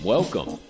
Welcome